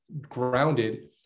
grounded